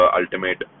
ultimate